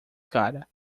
cara